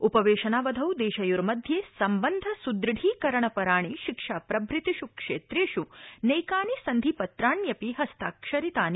उपवेशनावधौ देशयोर्मध्ये सम्बन्ध दृढीकरणपराणि शिक्षाप्रभृतिष् क्षेत्रेष् नैकानि सन्धिपत्राण्यपि हस्ताक्षरितानि